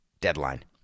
deadline